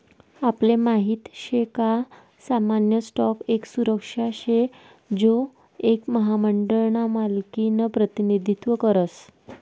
आपले माहित शे का सामान्य स्टॉक एक सुरक्षा शे जो एक महामंडळ ना मालकिनं प्रतिनिधित्व करस